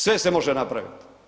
Sve se može napraviti.